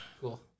Cool